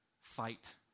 fight